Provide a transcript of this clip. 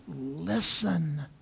listen